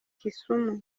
kisumu